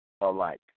alike